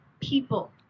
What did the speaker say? people